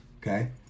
Okay